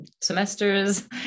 semesters